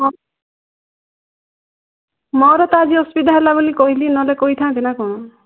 ହଁ ମୋର ତ ଆଜି ଅସୁବିଧା ହେଲା ବୋଲି କହିଲି ନହେଲେ କହିଥାନ୍ତି ନା କଣ